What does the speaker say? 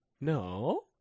No